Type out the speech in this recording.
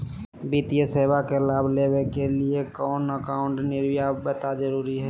वित्तीय सेवा का लाभ लेने के लिए बैंक अकाउंट अनिवार्यता जरूरी है?